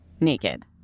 naked